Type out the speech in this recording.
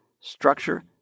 structure